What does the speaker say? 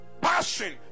passion